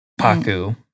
Paku